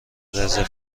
رزرو